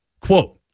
Quote